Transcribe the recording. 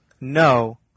No